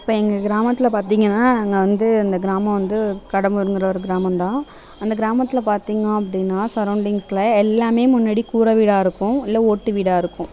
இப்போ எங்கள் கிராமத்தில் பார்த்திங்கனா நாங்கள் வந்து இந்த கிராமம் வந்து கடம்பூருங்கிற ஒரு கிராமம்தான் அந்த கிராமத்தில் பார்த்திங்க அப்படினா சரவ்ண்டிங்ஸ்சில் எல்லாமே முன்னாடி கூரை வீடாக இருக்கும் இல்லை ஓட்டு வீடாக இருக்கும்